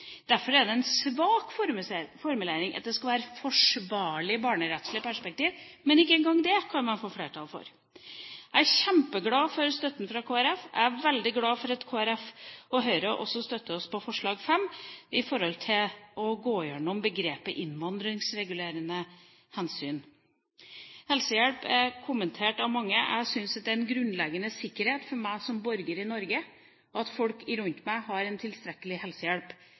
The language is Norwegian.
Derfor er det en svak formulering at det skal være forsvarlig i et barnerettslig perspektiv. Men ikke engang det kan man få flertall for. Jeg er kjempeglad for støtten fra Kristelig Folkeparti. Jeg er veldig glad for at Kristelig Folkeparti og Høyre også støtter oss på forslag 5 om å gå igjennom begrepet «innvandringsregulerende hensyn». Helsehjelp er kommentert av mange. Jeg syns det er en grunnleggende sikkerhet for meg som borger i Norge at folk rundt meg har en tilstrekkelig helsehjelp.